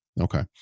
Okay